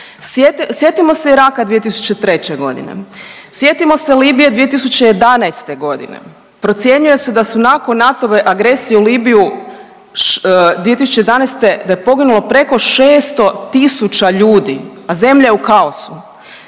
Sjetimo se Iraka 2003. godine. Sjetimo se Libije 2011. Procjenjuje se da su nakon NATO-ove agresije u Libiju 2011. da je poginulo preko 600.000 ljudi, a zemlja je u kaosu.